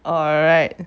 alright